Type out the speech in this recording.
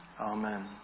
Amen